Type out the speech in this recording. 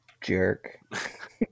jerk